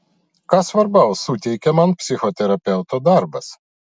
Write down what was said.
ką svarbaus suteikia man psichoterapeuto darbas